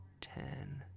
ten